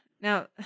Now